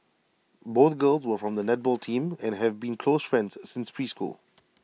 both girls were from the netball team and have been close friends since preschool